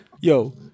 Yo